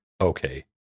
okay